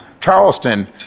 Charleston